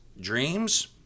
Dreams